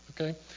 Okay